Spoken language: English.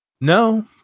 No